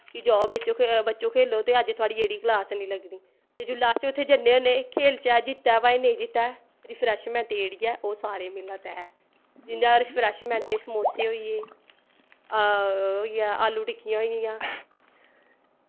कि जाओ बच्चो बच्चो खेल्लो ते अज थोआड़ी जेह्ड़ी क्लास हैनी लग्गनी ते जुल्लै अस उत्थें जन्ने होने खेलचै जित्तै पाएं नेईं जित्तै रिफ्रेशमेंट जेह्ड़ी ऐ ओह् सारें गी मिलना तैह् ऐ जियां रिफ्रेशमेंट च समोसे होइये होइया आलू टिक्कियां होई गेईयां